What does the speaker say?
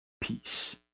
peace